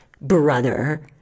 brother